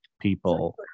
people